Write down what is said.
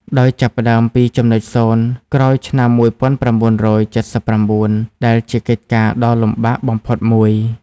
ដោយចាប់ផ្ដើមពីចំណុចសូន្យក្រោយឆ្នាំ ១៩៧៩ ដែលជាកិច្ចការដ៏លំបាកបំផុតមួយ។